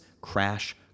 Crash